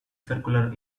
circular